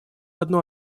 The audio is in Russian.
одно